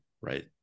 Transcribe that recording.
right